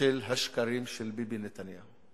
של השקרים של ביבי נתניהו.